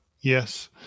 Yes